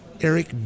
Eric